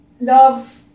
love